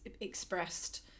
expressed